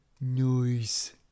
noise